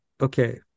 okay